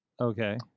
Okay